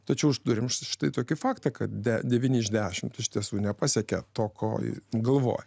tačiau turim štai tokį faktą kad devyni iš dešimt iš tiesų nepasiekė to ko galvojo